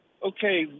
okay